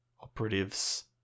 operatives